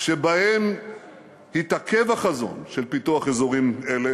שבהן התעכב החזון של פיתוח אזורים אלה